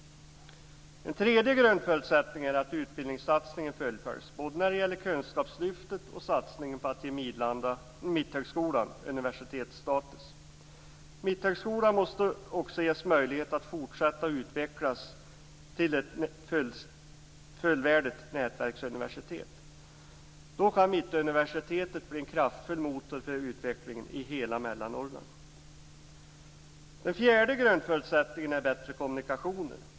En tredje grundförutsättning är att utbildningssatsningen fullföljs, både när det gäller kunskapslyftet och satsningen på att ge Mitthögskolan universitetsstatus. Mitthögskolan måste också ges möjlighet att fortsätta utvecklas till ett fullvärdigt nätverksuniversitet. Då kan Mittuniversitet bli en kraftfull motor för utvecklingen i hela Mellannorrland. Den fjärde grundförutsättningen är bättre kommunikationer.